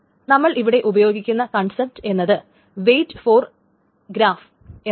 നമ്മൾ ഇവിടെ ഉപയോഗിക്കുന്ന കോൺസെപ്റ്റ് എന്നത് വെയിറ്റ് ഫോർ ഗ്രാഫ് എന്നതാണ്